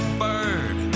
bird